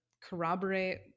corroborate